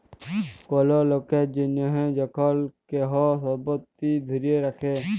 call লকের জনহ যখল কেহু সম্পত্তি ধ্যরে রাখে